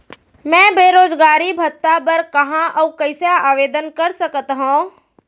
मैं बेरोजगारी भत्ता बर कहाँ अऊ कइसे आवेदन कर सकत हओं?